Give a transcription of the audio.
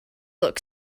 look